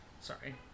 Sorry